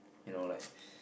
you know like